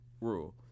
rule